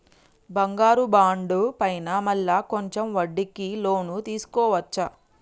బంగారు బాండు పైన మళ్ళా కొంచెం వడ్డీకి లోన్ తీసుకోవచ్చా?